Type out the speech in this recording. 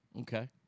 Okay